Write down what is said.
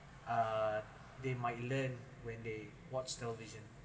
uh they might learn when they watch television